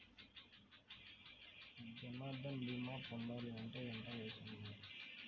జన్ధన్ భీమా పొందాలి అంటే ఎంత వయసు ఉండాలి?